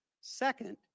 Second